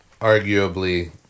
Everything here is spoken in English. arguably